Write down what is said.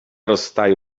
rozstaju